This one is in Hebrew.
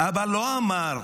אבא לא אמר: